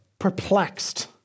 perplexed